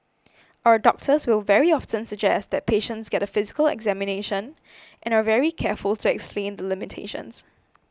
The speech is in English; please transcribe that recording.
our doctors will very often suggest that patients get a physical examination and are very careful to explain the limitations